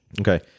Okay